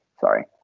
Sorry